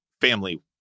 family